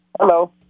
Hello